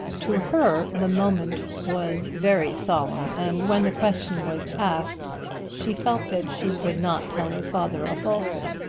to her the moment was very solemn and when the question was asked she felt that she could not tell her father a falsehood.